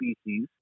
species